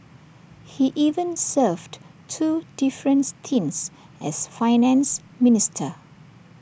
he even served two different stints as Finance Minister